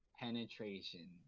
penetration